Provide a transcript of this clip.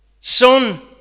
son